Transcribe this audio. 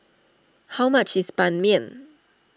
how much is Ban Mian